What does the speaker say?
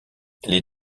les